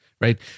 right